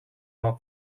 are